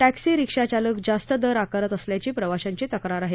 taxi रीक्षाचालक जास्त दर आकारत असल्याची प्रवाशांची तक्रार आहे